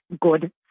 good